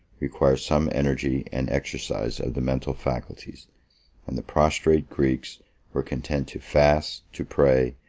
requires some energy and exercise of the mental faculties and the prostrate greeks were content to fast, to pray,